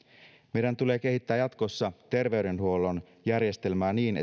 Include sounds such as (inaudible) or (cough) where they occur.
meidän tulee kehittää jatkossa terveydenhuollon järjestelmää niin (unintelligible)